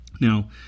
Now